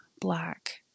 black